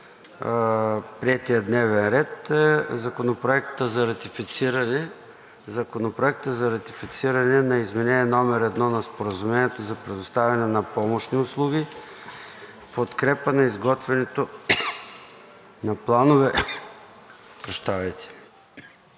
първо гласуване Законопроект за ратифициране на Изменение № 1 на Споразумението за предоставяне на помощни услуги в подкрепа на изготвянето на Планове